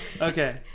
Okay